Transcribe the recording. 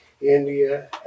India